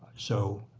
so